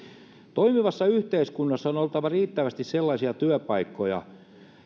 toimivassa yhteiskunnassa on oltava riittävästi sellaisia työpaikkoja